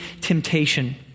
temptation